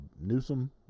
Newsom